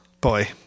boy